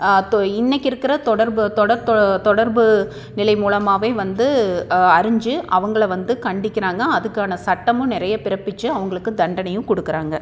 இன்றைக்கி இருக்கிற தொடர்பு தொடர்பு நிலை மூலமாகவே வந்து அறிஞ்சு அவங்களை வந்து கண்டிக்கிறாங்க அதுக்காக சட்டமும் நிறைய பிறப்பிச்சு அவங்களுக்கு தண்டனையும் கொடுக்குறாங்க